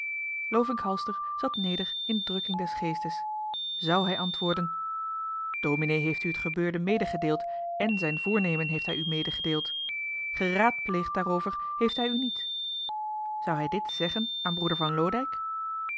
lovink halster zat neder in drukking des geestes zu hij antwoorden dominee heeft u het gebeurde medegedeeld èn zijn voomemen heeft hij u medegedeeld geraadpleegd daarover heeft hij u niet zoù hij dit zeggen aan broeder van loodijck